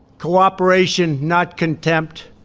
cooperation, not contempt.